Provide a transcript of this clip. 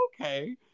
okay